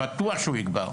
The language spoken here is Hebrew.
בטוח שהוא יגבר.